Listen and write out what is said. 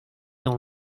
dans